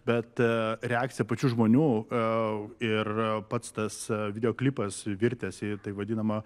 bet reakcija pačių žmonių ir pats tas videoklipas virtęs į tai vadinama